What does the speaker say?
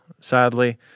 sadly